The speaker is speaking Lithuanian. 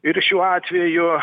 ir šiuo atveju